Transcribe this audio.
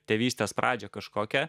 tėvystės pradžią kažkokią